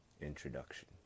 introduction